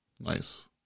nice